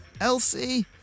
Elsie